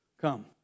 come